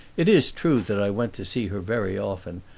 it is true that i went to see her very often,